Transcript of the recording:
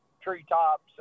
treetops